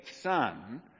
Son